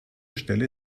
stelle